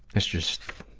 it's just,